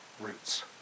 roots